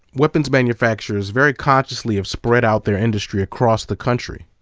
weapons manufacturers very consciously have spread out their industry across the country.